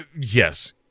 yes